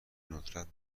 ندرت